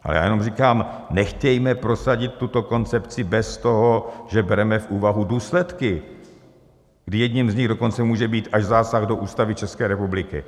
A já jenom říkám nechtějme prosadit tuto koncepci bez toho, že bereme v úvahu důsledky, kdy jedním z nich dokonce může být až zásah do Ústavy České republiky.